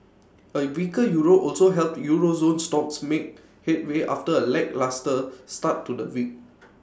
A weaker euro also helped euro zone stocks make headway after A lacklustre start to the week